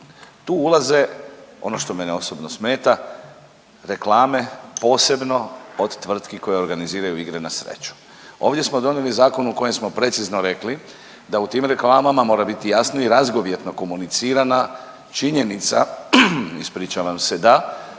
Tu ulaze, ono što mene osobno smeta, reklame posebno od tvrtki koje organiziraju igre na sreću. Ovdje smo donijeli zakon u kojem smo precizno rekli da u tim reklamama mora biti jasnije i razgovjetno komunicirana činjenica da